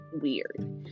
weird